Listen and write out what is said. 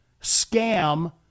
scam